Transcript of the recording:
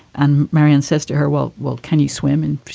and marianne says to her, well, well, can you swim in?